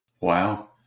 Wow